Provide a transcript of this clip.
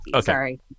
Sorry